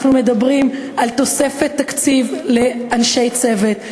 אנחנו מדברים על תוספת תקציב לאנשי צוות.